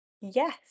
Yes